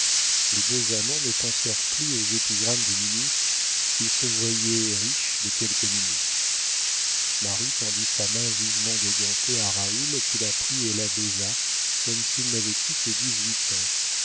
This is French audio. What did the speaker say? les deux amants ne pensèrent plus aux épigrammes du ministre ils se voyaient riches de quelques minutes marie tendit sa main vivement dégantée à raoul qui la prit et la baisa comme s'il n'avait eu que dix-huit ans